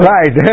Right